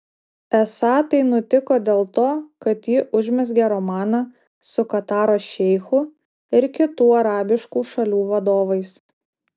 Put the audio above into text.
esą tai nutiko dėl to kad ji užmezgė romaną su kataro šeichu ir kitų arabiškų šalių vadovais